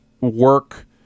work